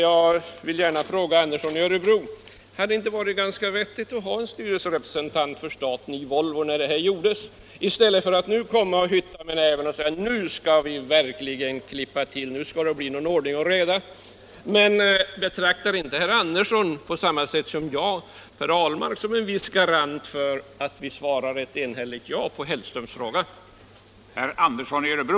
Jag vill fråga herr Andersson i Örebro: Hade det inte varit ganska vettigt att ha haft en styrelserepresentant för staten i Volvo i samband med vad som nu skett i stället för att i efterhand hytta med näven och säga: Nu skall det bli någon ordning och reda. Betraktar inte herr Andersson på samma sätt som jag herr Ahlmark som i viss mån en garant för att vi enhälligt kan svara ja på herr Hellströms fråga?